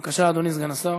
בבקשה, אדוני סגן השר.